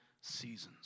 seasons